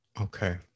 Okay